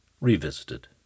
Revisited